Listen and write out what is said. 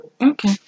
Okay